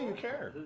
care.